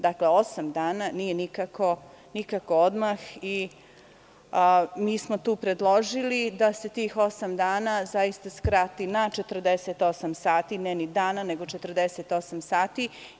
Dakle, osam dana nije nikako odmah i mi smo tu predložili da se tih osam dana skrati na 48 sati, ne ni dana, nego 48 sati.